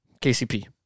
KCP